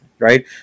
right